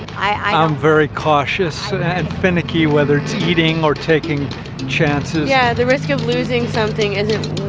i'm very cautious and finicky, whether it's eating or taking chances yeah. the risk of losing something is